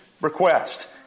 request